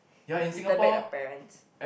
he return back the parents